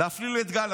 להפליל את גלנט,